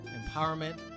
empowerment